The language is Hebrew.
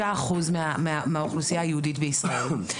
5% מהאוכלוסייה היהודית בישראל.